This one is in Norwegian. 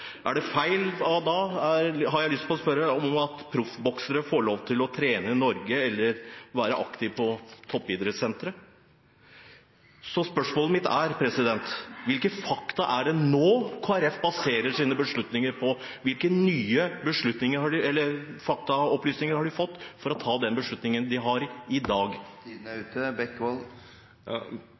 Er det feil da, har jeg lyst til å spørre, at proffboksere får lov til å trene i Norge eller være aktive på Toppidrettssenteret? Spørsmålet mitt er: Hvilke fakta er det nå Kristelig Folkeparti baserer sine beslutninger på? Hvilke nye faktaopplysninger har de fått for å ta den beslutningen de går for i dag?